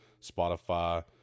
Spotify